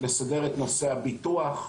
לסדר את נושא הביטוח,